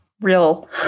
Real